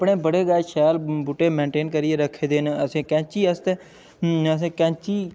अपने बड़े गै शैल बूह्टे मेंटेन करियै रक्खे दे न अच्छा कैंची आस्तै हून असें कैंची